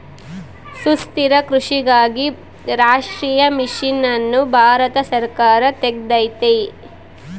ಸುಸ್ಥಿರ ಕೃಷಿಗಾಗಿ ರಾಷ್ಟ್ರೀಯ ಮಿಷನ್ ಅನ್ನು ಭಾರತ ಸರ್ಕಾರ ತೆಗ್ದೈತೀ